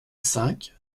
cinq